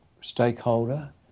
stakeholder